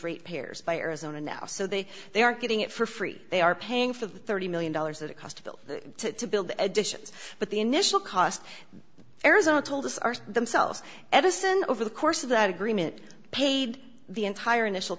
rate payers by arizona now so they they are getting it for free they are paying for the thirty million dollars that it cost to build the build additions but the initial cost arizona told us are themselves edison over the course of that agreement paid the entire initial